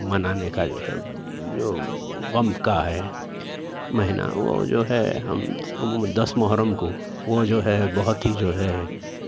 منانے کا جو ہے جو غم کا ہے مہینہ وہ جو ہے ہم عموماََ دس محرم کو وہ جو ہے بہت ہی جو ہے